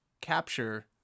capture